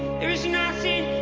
there is nothing